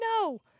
No